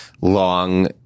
long